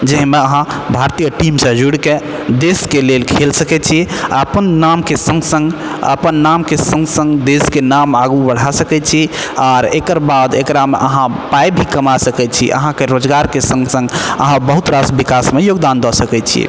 जाहिमे अहाँ भारतीय टीम से जुरिके देशके लेल खेल सकैत छी आ अपन नामके सङ्ग सङ्ग अपन नामके सङ्ग सङ्ग देशके नाम आगू बढ़ा सकैत छी आर एकरबाद एकरामे अहाँ पाइ भी कमा सकैत छी अहाँके रोजगारके सङ्ग सङ्ग अहाँ बहुत रास विकासमे योगदान दऽ सकैत छियै